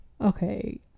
Okay